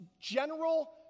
general